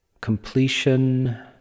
completion